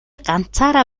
ганцаараа